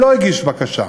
הוא לא הגיש בקשה.